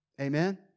Amen